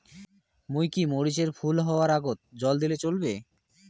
মুই কি মরিচ এর ফুল হাওয়ার আগত জল দিলে চলবে?